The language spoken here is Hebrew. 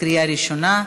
לקריאה ראשונה.